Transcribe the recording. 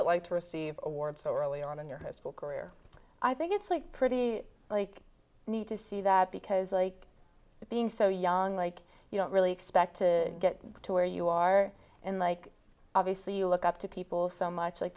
it like to receive awards so early on in your high school career i think it's like pretty like need to see that because like being so young like you don't really expect to get to where you are in like obviously you look up to people so much like